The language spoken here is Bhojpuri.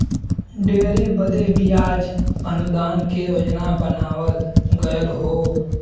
डेयरी बदे बियाज अनुदान के योजना बनावल गएल हौ